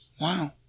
Wow